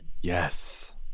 Yes